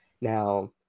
now